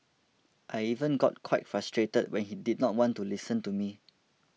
I even got quite frustrated when he did not want to listen to me